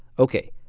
ok,